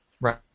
Right